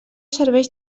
serveix